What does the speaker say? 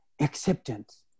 acceptance